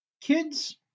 kids